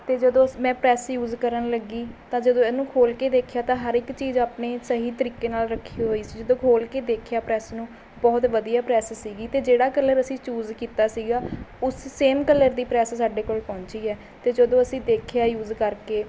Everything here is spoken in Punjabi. ਅਤੇ ਜਦੋਂ ਮੈਂ ਪ੍ਰੈੱਸ ਯੂਜ਼ ਕਰਨ ਲੱਗੀ ਤਾਂ ਜਦੋਂ ਇਹਨੂੰ ਖੋਲ੍ਹ ਕੇ ਦੇਖਿਆ ਤਾਂ ਹਰ ਇੱਕ ਚੀਜ਼ ਆਪਣੀ ਸਹੀ ਤਰੀਕੇ ਨਾਲ਼ ਰੱਖੀ ਹੋਈ ਸੀ ਜਦੋਂ ਖੋਲ੍ਹ ਕੇ ਦੇਖਿਆ ਪ੍ਰੈੱਸ ਨੂੰ ਬਹੁਤ ਵਧੀਆ ਪ੍ਰੈੱਸ ਸੀਗੀ ਅਤੇ ਜਿਹੜਾ ਕਲਰ ਅਸੀਂ ਚੂਜ਼ ਕੀਤਾ ਸੀਗਾ ਉਸ ਸੇਮ ਕਲਰ ਦੀ ਪ੍ਰੈੱਸ ਸਾਡੇ ਕੋਲ ਪਹੁੰਚੀ ਹੈ ਅਤੇ ਜਦੋਂ ਅਸੀਂ ਦੇਖਿਆ ਯੂਜ਼ ਕਰਕੇ